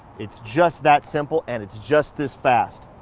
it's just that simple. and it's just this fast.